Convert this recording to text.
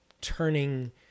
turning